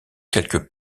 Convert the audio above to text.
quelques